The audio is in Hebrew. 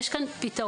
יש כאן פתרון.